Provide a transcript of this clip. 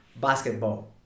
basketball